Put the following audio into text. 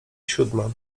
siódma